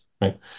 right